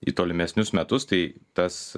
į tolimesnius metus tai tas